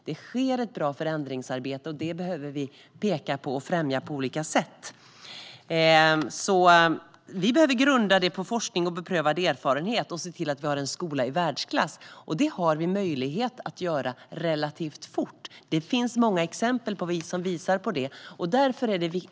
Det sker ett bra förändringsarbete, och detta behöver vi peka på och främja på olika sätt. Vi behöver grunda detta på forskning och beprövad erfarenhet och se till att vi har en skola i världsklass. Det har vi möjlighet att göra relativt fort. Det finns många exempel som visar på detta.